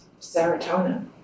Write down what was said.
serotonin